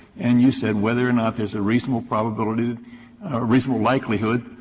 and you said whether or not there is a reasonable probability reasonable likelihood